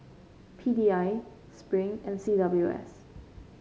P D I Spring and C W S